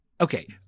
Okay